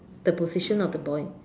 the position of the boy